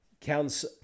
counts